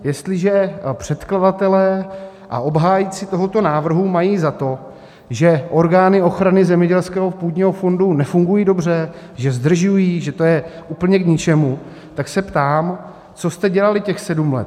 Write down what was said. Jestliže předkladatelé a obhájci tohoto návrhu mají za to, že orgány ochrany zemědělského půdního fondu nefungují dobře, že zdržují, že to je úplně k ničemu, tak se ptám: co jste dělali těch sedm let?